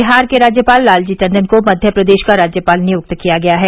बिहार के राज्यपाल लालजी टंडन को मध्य प्रदेश का राज्यपाल नियुक्त किया गया है